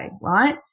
right